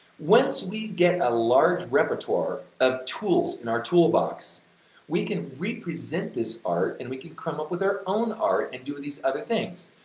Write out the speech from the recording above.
once we get a large repertoire of tools in our toolbox we can represent this art and we can come up with our own art and do these other things,